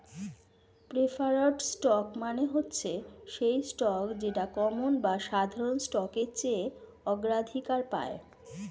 preferred stock মানে হচ্ছে সেই স্টক যেটা কমন বা সাধারণ স্টকের চেয়ে অগ্রাধিকার পায়